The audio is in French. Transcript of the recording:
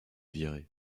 viré